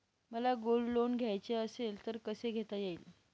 मला gold loan घ्यायचे असेल तर कसे घेता येईल?